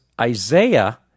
Isaiah